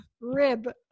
rib